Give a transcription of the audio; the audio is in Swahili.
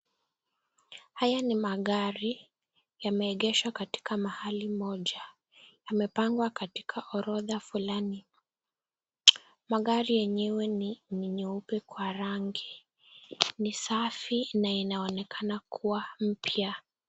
Haya ni magari yameegeshwa katika mahali moja. Yamepangwa katika orodha fulani. Magari yenyewe ni meupe kwa rangi. Ni safi na inaonekana kuwa mpya.